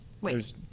wait